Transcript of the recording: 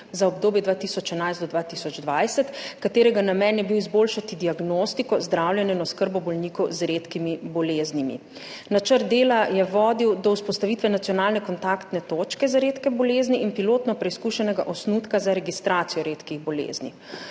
za obdobje 2011–2020, katerega namen je bil izboljšati diagnostiko, zdravljenje in oskrbo bolnikov z redkimi boleznimi. Načrt dela je vodil do vzpostavitve nacionalne kontaktne točke za redke bolezni in pilotno preizkušenega osnutka za registracijo redkih bolezni.